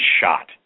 shot